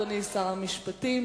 אדוני שר המשפטים.